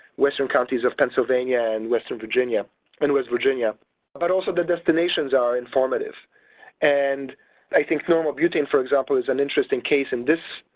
western counties of pennsylvania and western virginia and west virginia but also the destinations are informative and i think normal butane for example is an interesting case in this,